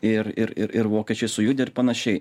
ir ir ir vokiečiai sujudę ir panašiai